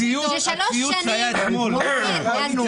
הציוץ שהיה אתמול --- אופיר,